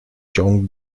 ciąg